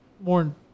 more